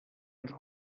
ens